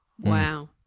wow